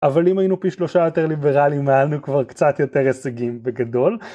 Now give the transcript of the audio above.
אבל אם היינו פי שלושה יותר ליברליים, היה לנו כבר קצת יותר הישגים בגדול.